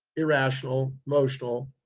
irrational, emotional,